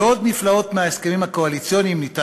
ועוד מנפלאות ההסכמים הקואליציוניים ניתן